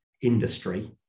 industry